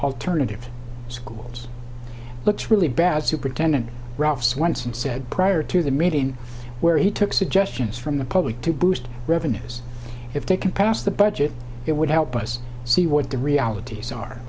alternative schools looks really bad superintendent ralphs once and said prior to the meeting where he took suggestions from the public to boost revenues if they could pass the budget it would help us see what the realit